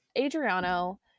Adriano